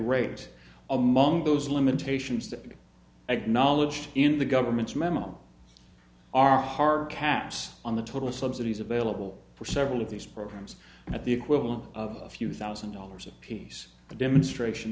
rate among those limitations to acknowledged in the government's memo are hard caps on the total subsidies available for several of these programs at the equivalent of a few thousand dollars a piece the demonstration